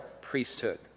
priesthood